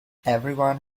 everyone